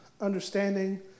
understanding